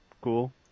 Cool